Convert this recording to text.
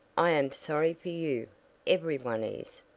i am sorry for you every one is,